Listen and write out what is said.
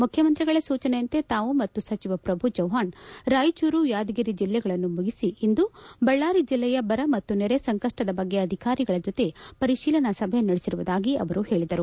ಮುಖ್ಯಮಂತ್ರಿಗಳ ಸೂಚನೆಯಂತೆ ತಾವು ಮತ್ತು ಸಚಿವ ಪ್ರಭು ಚವ್ವಾಣ್ ರಾಯಚೂರು ಯಾದಗಿರಿ ಜಿಲ್ಲೆಗಳನ್ನು ಮುಗಿಸಿ ಇಂದು ಬಳ್ಳಾರಿ ಜಿಲ್ಲೆಯ ಬರ ಮತ್ತು ನೆರೆ ಸಂಕಷ್ಟದ ಬಗ್ಗೆ ಅಧಿಕಾರಿಗಳ ಜೊತೆ ಪರಿಶೀಲನಾ ಸಭೆ ನಡೆಸಿರುವುದಾಗಿ ಅವರು ಹೇಳಿದರು